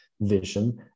vision